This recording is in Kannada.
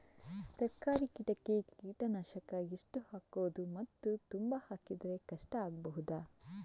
ತರಕಾರಿ ಗಿಡಕ್ಕೆ ಕೀಟನಾಶಕ ಎಷ್ಟು ಹಾಕ್ಬೋದು ಮತ್ತು ತುಂಬಾ ಹಾಕಿದ್ರೆ ಕಷ್ಟ ಆಗಬಹುದ?